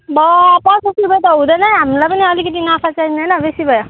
बा पचास रुपियाँ त हुँदैन हामीलाई पनि अलिकति नाफा चाहिँदैन बेसी भयो